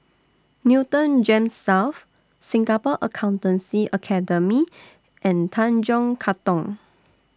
Newton Gems South Singapore Accountancy Academy and Tanjong Katong